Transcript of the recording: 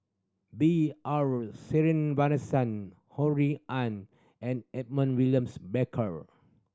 B R Sreenivasan Ho Rui An and Edmund Williams Barker